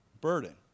Burden